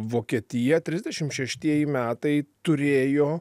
vokietija trisdešimt šeštieji metai turėjo